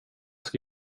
ska